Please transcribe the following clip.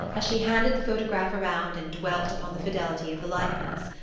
as she handed the photograph around and dwelt upon the fidelity of the likeness.